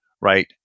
right